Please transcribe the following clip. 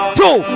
two